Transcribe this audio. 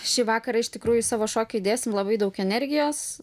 šį vakarą iš tikrųjų į savo šokį dėsim labai daug energijos